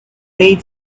need